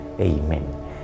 Amen